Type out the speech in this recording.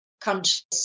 conscious